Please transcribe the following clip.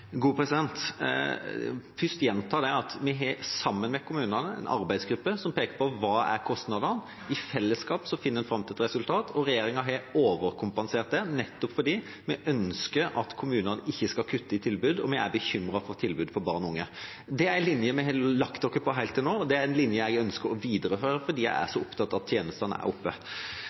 at vi sammen med kommunene har en arbeidsgruppe som peker på hva kostnadene er. I fellesskap finner man fram til et resultat. Regjeringa har overkompensert det nettopp fordi vi ikke ønsker at kommunene skal kutte i tilbud, og vi er bekymret for tilbudet til barn og unge. Det er en linje vi har lagt oss på helt til nå, og det er en linje jeg ønsker å videreføre fordi jeg er opptatt av at tjenestene er oppe.